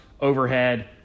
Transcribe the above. overhead